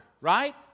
right